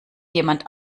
jemand